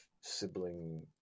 sibling